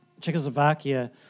Czechoslovakia